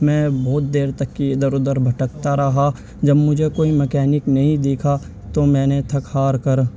میں بہت دیر تک کی ادھر ادھر بھٹکتا رہا جب مجھے کوئی مکینک نہیں دکھا تو میں نے تھک ہار کر